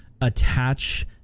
attach